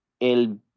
El